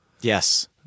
Yes